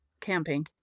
camping